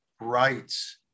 rights